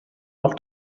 auf